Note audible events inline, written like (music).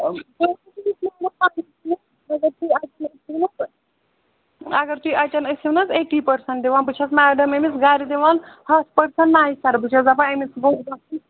(unintelligible) اَگر تُہۍ اَتیٚن أسو نہ حظ ایٹی پٔرسَنٹ دِوان بہٕ چھَس میڈم أمِس گَرِ دِوان ہَتھ پٔرسَنٛٹ نَیہِ سَر بہٕ چھَس دَپان أمِس گوٚژھ گَژھُن